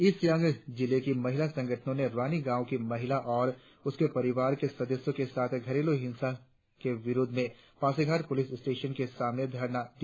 east Siang जिले की महिला संगठनों ने रानी गांव की महिला और उसके परिवारों के सदस्यों के साथ घरेलू हिंसा के विरोध में पासीघाट पुलिस स्टेशन के सामने धरना दिया